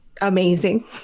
Amazing